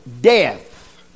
death